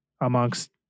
amongst